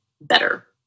better